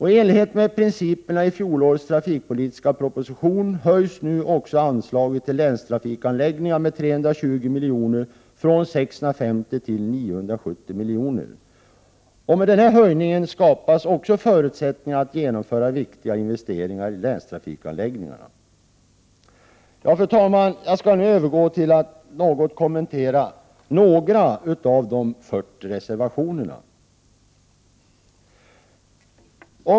I enlighet med principerna i fjolårets trafikpolitiska proposition höjs nu anslaget till länstrafikanläggningar med 320 milj.kr. från 650 till 970 milj.kr. Med denna höjning skapas också förutsättningar för att man skall kunna genomföra viktiga investeringar i länstrafikanläggningar. Fru talman! Jag skall nu övergå till att kommentera några av de 40 reservationerna.